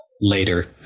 later